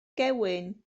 gewyn